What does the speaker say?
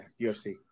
UFC